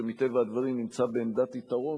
שמטבע הדברים נמצא בעמדת יתרון,